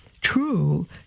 true